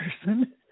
person